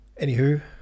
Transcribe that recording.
Anywho